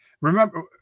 remember